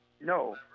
No